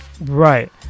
right